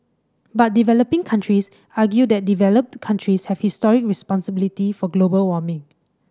but developing countries argue that developed countries have historic responsibility for global warming